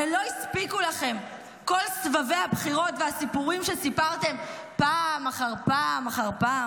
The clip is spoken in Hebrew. לא הספיקו לכם כל סבבי הבחירות והסיפורים שסיפרתם פעם אחר פעם אחר פעם,